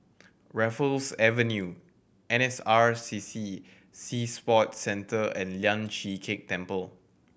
Raffles Avenue N S R C C Sea Sports Centre and Lian Chee Kek Temple